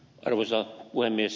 arvoisa puhemies